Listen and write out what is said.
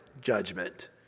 judgment